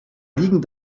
liegen